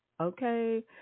Okay